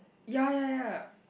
ya ya ya